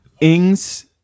Ings